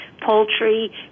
poultry